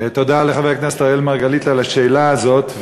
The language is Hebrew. תודה לחבר הכנסת אראל מרגלית על השאלה הזאת.